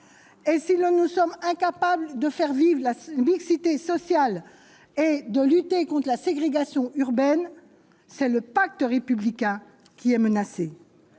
l'on nous sommes incapables de faire vivre la mixité sociale et de lutter conte la ségrégation urbaine, c'est le pacte républicain qui est menacé.